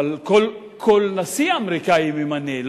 כל נשיא אמריקני ממנה,